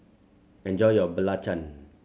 enjoy your belacan